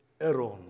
Aaron